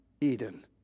Eden